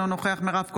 אינו נוכח מירב כהן,